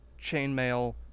chainmail